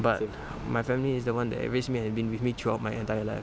but my family is the one that raised me and had been with me throughout my entire life